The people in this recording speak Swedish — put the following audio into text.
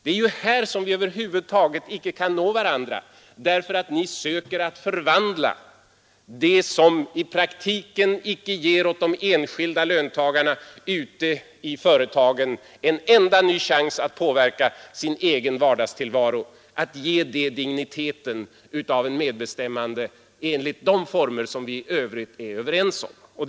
Det är här som vi över huvud taget inte kan nå varandra därför att ni söker förvandla det, som i praktiken icke ger åt de enskilda löntagarna ute i företagen en enda ny chans att påverka sin egen vardagstillvaro, digniteten av medbestämmande enligt de former som vi i övrigt är överens om.